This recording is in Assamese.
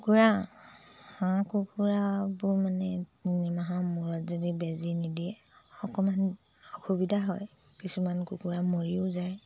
কুকুৰা হাঁহ কুকুৰাবোৰ মানে তিনিমাহৰ মূৰত যদি বেজী নিদিয়ে অকণমান অসুবিধা হয় কিছুমান কুকুৰা মৰিও যায়